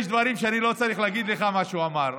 יש דברים שאני לא צריך להגיד לך מה הוא אמר,